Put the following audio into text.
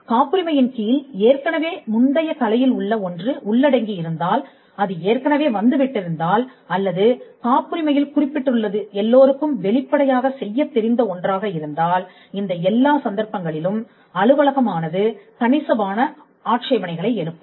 காப்புரிமையின் கீழ் ஏற்கனவே முந்தைய கலையில் உள்ள ஒன்று உள்ளடங்கி இருந்தால் அது ஏற்கனவே வந்து விட்டிருந்தால் அல்லது காப்புரிமையில் குறிப்பிடப்பட்டுள்ளது எல்லோருக்கும் வெளிப்படையாக செய்யத் தெரிந்த ஒன்றாக இருந்தால் இந்த எல்லா சந்தர்ப்பங்களிலும் அலுவலகம் ஆனது கணிசமான ஆட்சேபணைகளை எழுப்பும்